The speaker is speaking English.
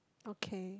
okay